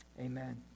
amen